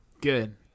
Good